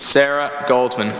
sarah goldman